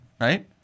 Right